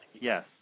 yes